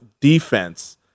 defense